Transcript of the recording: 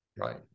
Right